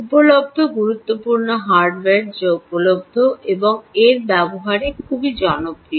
উপলব্ধ গুরুত্বপূর্ণ হার্ডওয়্যার যা উপলব্ধ এবং এর ব্যবহারে খুব জনপ্রিয়